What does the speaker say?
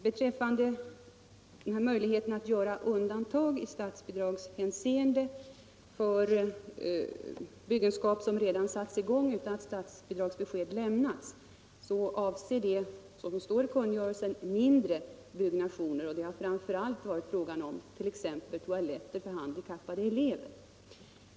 Beträffande möjligheterna att göra undantag i statsbidragshänseende för skolbyggnad som redan satts i gång utan att statsbidragsbesked lämnats avses, som det står i kungörelsen, mindre byggnationer, t.ex. toaletter för handikappade elever.